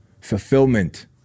Fulfillment